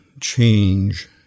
change